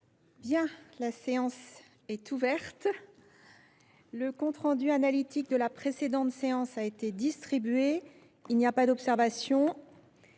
La séance est ouverte. Le compte rendu analytique de la précédente séance a été distribué. Il n’y a pas d’observation